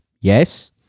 Yes